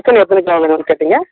chicken எத்தனை kilo madam கேட்டிங்கள்